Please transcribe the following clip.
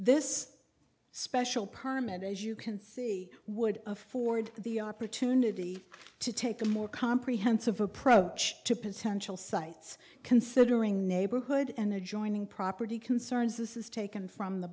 this special permit as you can see would afford the opportunity to take a more comprehensive approach to potential sites considering neighborhood enter joining property concerns this is taken from the